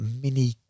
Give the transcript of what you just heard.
mini